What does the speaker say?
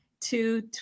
two